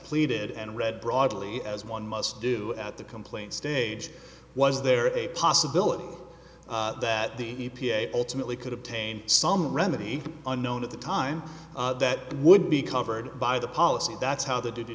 pleaded and read broadly as one must do at the complaint stage was there a possibility that the e p a ultimately could obtain some remedy unknown at the time that would be covered by the policy that's how the d